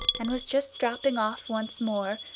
and was just dropping off once more,